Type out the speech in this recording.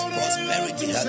Prosperity